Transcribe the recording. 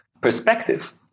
perspective